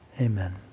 amen